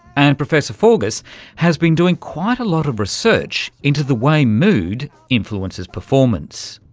and professor forgas has been doing quite a lot of research into the way mood influences performance.